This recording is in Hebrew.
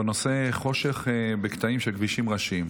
בנושא: חושך בקטעים של כבישים ראשיים.